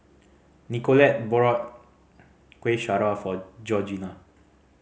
Nicolette bought Kuih Syara for Georgina